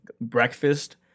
breakfast